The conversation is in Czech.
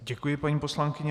Děkuji, paní poslankyně.